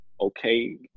okay